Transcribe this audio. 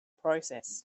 process